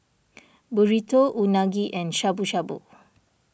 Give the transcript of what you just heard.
Burrito Unagi and Shabu Shabu